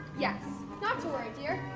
yes, not to worry dear.